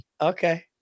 Okay